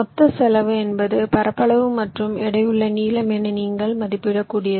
மொத்த செலவு என்பது பரப்பளவு மற்றும் எடையுள்ள நீளம் என நீங்கள் மதிப்பிட கூடியது